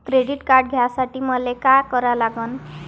Credit card घ्यासाठी मले का करा लागन?